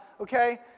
Okay